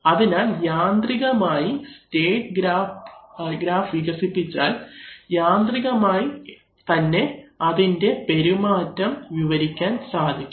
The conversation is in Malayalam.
അതിനാൽ യാന്ത്രികമായി സ്റ്റേറ്റ് ഗ്രാഫ് വികസിപ്പിച്ചാൽ യാന്ത്രികമായി തന്നെ അതിൻറെ പെരുമാറ്റം വിവരിക്കാൻ സാധിക്കും